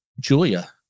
Julia